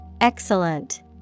Excellent